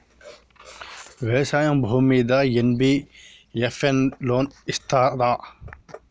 వ్యవసాయం భూమ్మీద NBFS loan ఇస్తదా?